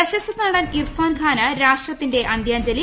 പ്രശസ്ത നടൻ ഇർഫാൻ ഖാന് രാഷ്ട്രത്തിന്റെ അന്തൃാഞ്ജലി